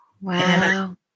Wow